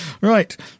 Right